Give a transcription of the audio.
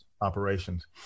operations